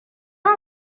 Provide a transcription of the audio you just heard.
not